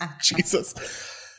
Jesus